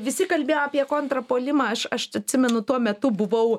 visi kalbėjo apie kontrpuolimą aš aš atsimenu tuo metu buvau